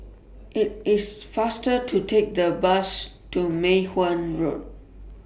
IT IS faster to Take The Bus to Mei Hwan Road